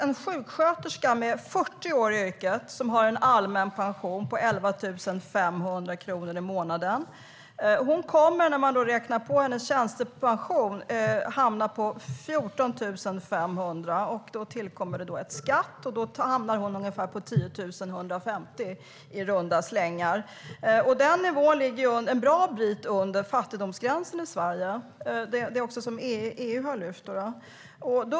En sjuksköterska med 40 år i yrket har en allmän pension på 11 500 kronor i månaden. När man räknar på hennes tjänstepension ser man att hon kommer att hamna på 14 500 kronor i månaden. Då tillkommer skatt. Då hamnar hon på ungefär 10 150 kronor i runda slängar. Den nivån ligger en bra bit under fattigdomsgränsen i Sverige. Det har EU lyft fram.